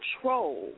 control